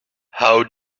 how